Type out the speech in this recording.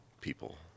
People